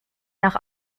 nach